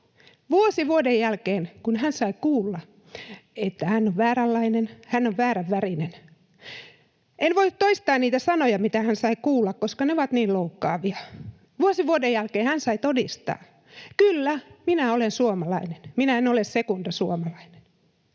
vuosi vuoden jälkeen, kun hän sai kuulla, että hän on vääränlainen, hän on väärän värinen? En voi toistaa niitä sanoja, mitä hän sai kuulla, koska ne ovat niin loukkaavia. Vuosi vuoden jälkeen hän sai todistaa: kyllä, minä olen suomalainen, minä en ole sekundasuomalainen.